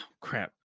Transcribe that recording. crap